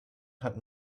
hat